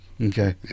okay